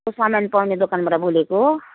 को सामान पाउने दोकानबाट बोलेको